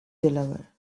delaware